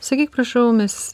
sakyk prašau mes